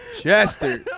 Chester